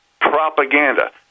Propaganda